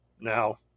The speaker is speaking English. Now